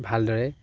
ভালদৰে